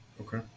Okay